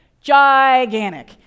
gigantic